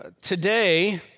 Today